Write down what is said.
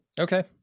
Okay